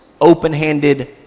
open-handed